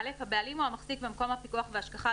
(א)הבעלים או המחזיק במקום הפיקוח וההשגחה,